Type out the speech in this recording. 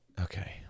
okay